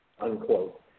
Unquote